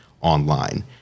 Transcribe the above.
online